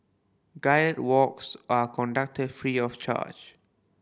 guided walks are conducted free of charge